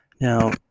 Now